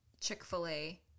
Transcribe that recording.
Chick-fil-A